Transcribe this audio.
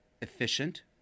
efficient